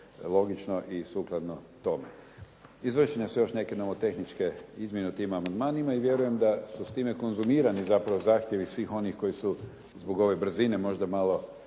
i sukladno tome. Izvršene su još neke nomotehničke izmjene u tim amandmanima i vjerujem da su s time konzumirani zapravo zahtjevi svih onih koji su zbog ove brzine možda malo